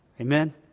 Amen